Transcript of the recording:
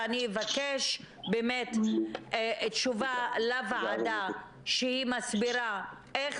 ואני אבקש באמת תשובה לוועדה שהיא מסבירה איך